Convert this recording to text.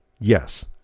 Yes